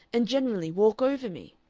and generally walk over me.